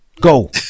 Go